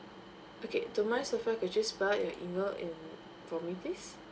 okay don't mind sofea could you spell out your email and for me please